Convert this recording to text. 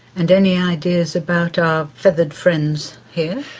and any ideas about our feathered friends here?